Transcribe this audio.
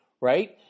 Right